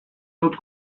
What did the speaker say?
dut